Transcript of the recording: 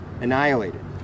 annihilated